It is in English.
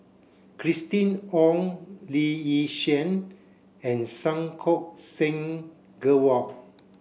Christina Ong Lee Yi Shyan and Santokh Singh Grewal